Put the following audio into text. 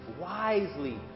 wisely